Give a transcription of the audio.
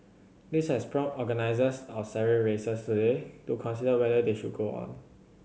this has prompted organisers of several races today to consider whether they should go on